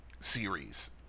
series